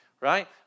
Right